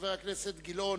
חבר הכנסת גילאון